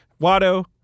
Watto